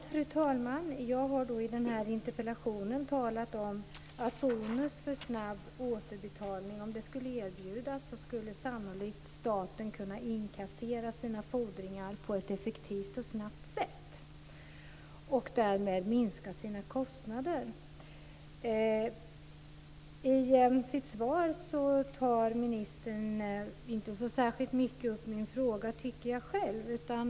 Fru talman! I den här interpellationen har jag talat om att om det skulle erbjudas bonus för snabb återbetalning skulle staten sannolikt kunna inkassera sina fordringar på ett effektivt och snabbt sätt och därmed minska sina kostnader. Jag tycker inte att ministern tar upp min fråga så särskilt mycket i sitt svar.